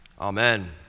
Amen